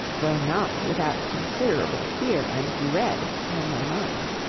though not without considerable fear and dread on my mind.